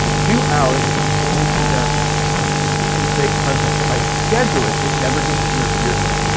two hours to only sit there and create content. if i schedule it, it never gets interfered with.